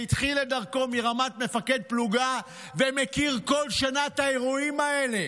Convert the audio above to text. שהתחיל את דרכו ברמת מפקד פלוגה ומכיר כל שנה את האירועים האלה.